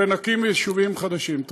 ונקים יישובים חדשים.